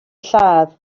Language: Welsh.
lladd